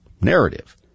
narrative